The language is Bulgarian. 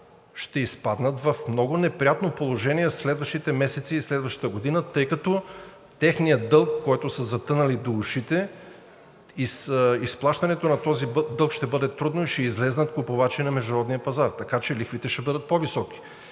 ще изпаднат в много неприятно положение следващите месеци и следващата година, тъй като техният дълг, в който са затънали до ушите, изплащането на този дълг ще бъде трудно и ще излязат купувачи на международния пазар, така че лихвите ще бъдат по-високи.